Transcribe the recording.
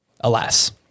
alas